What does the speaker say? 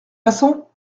façon